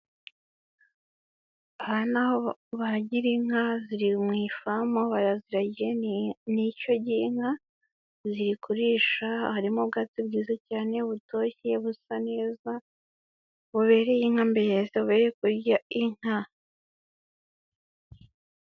Aha ni aho baragira inka ziri mu ifamu baraziragiye ni ishyo ry'inka, ziri kurisha harimo ubwatsi byiza cyane butoshye busa neza, bubereye inka mbese bubereye kurya inka.